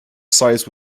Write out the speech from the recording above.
size